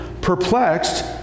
Perplexed